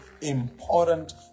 important